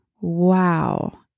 Wow